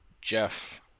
Jeff